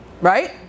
right